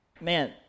Man